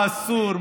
מה אסור,